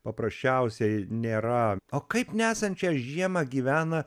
paprasčiausiai nėra o kaip nesančią žiemą gyvena